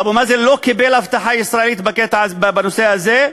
אבו מאזן לא קיבל הבטחה ישראלית בנושא הזה,